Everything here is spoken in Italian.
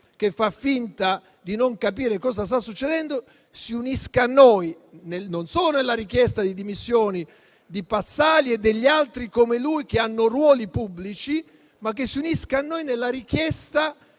che fa finta di non capire cosa sta succedendo - si unisca a noi non solo nella richiesta di dimissioni di Pazzali e di coloro che, come lui, ricoprono ruoli pubblici, ma anche nella richiesta